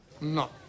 No